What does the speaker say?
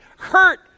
Hurt